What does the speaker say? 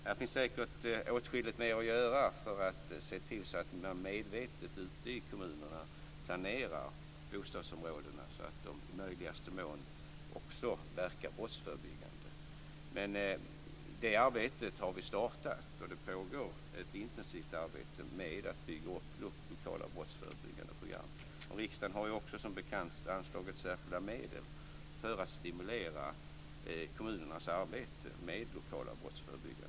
Här finns säkert åtskilligt mer att göra för att se till att man medvetet ute i kommunerna planerar bostadsområdena så att de i möjligaste mån också verkar brottsförebyggande. Det arbetet har vi startat. Det pågår ett intensivt arbete med att bygga upp lokala brottsförebyggande program. Riksdagen har ju också som bekant anslagit särskilda medel för att stimulera kommunernas arbete med lokala brottsförebyggande program.